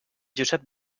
josep